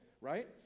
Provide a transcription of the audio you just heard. right